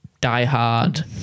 die-hard